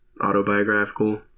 autobiographical